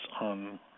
on